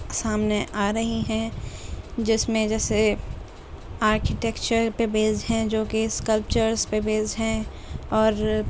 سامنے آ رہی ہیں جس میں جیسے آرکیٹیچر پہ بیسڈ ہیں جو کہ اسکلپچرز پہ بیسڈ ہیں اور